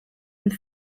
and